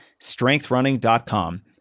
strengthrunning.com